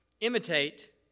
imitate